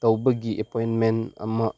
ꯇꯧꯕꯒꯤ ꯑꯦꯄꯣꯏꯟꯃꯦꯟ ꯑꯃ